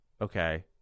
Okay